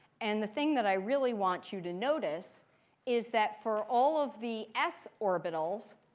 and the thing that i really want you to notice is that for all of the s orbitals,